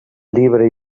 libre